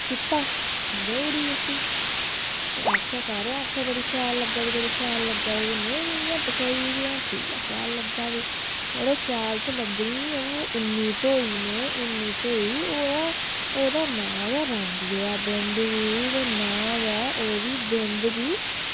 कीता ते देई ओड़ी उसी आक्खेआ सारें आक्खेआ बड़ी शैल लग्गा दी बड़ी शैल लग्गा दी ते में बी इयां पसोई गेई करना केह् हा शैल लग्गा दी में केह् करना शैल करियै आक्खेआ सारें आक्खेआ बड़ी शैल लग्गाै दी ते में केह् करना शैल लग्गा नी मड़ो शैल ते लग्गनी गै ऐही की ओह् इन्नी धोई में इन्नी धोई ते ओह्दा ना रंग गेदा ते ना गै ओह्दी बिंद बी